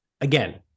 again